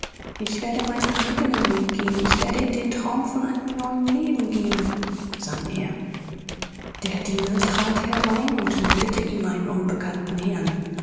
ich werde meinen eigenen weg gehen ich werde in den traum von einem neuen leben gehen sann er der diener trat herein und meldete ihm einen unbekannten herrn